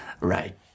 Right